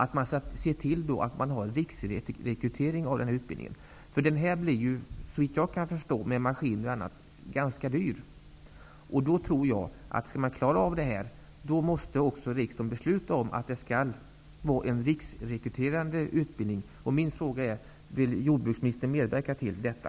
Utbildningen blir enligt vad jag kan förstå ganska dyr med maskiner och annat. Skall man klara av det måste riksdagen också besluta om att den skall vara riksrekryterande. Min fråga är: Vill jordbruksministern medverka till detta?